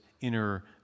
inner